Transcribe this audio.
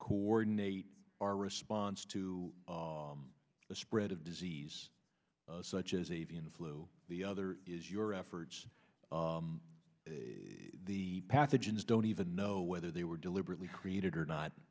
coordinate our response to the spread of disease such as avian flu the other is your efforts the pathogens don't even know whether they were deliberately created or not